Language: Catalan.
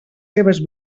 seves